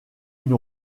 une